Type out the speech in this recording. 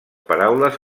paraules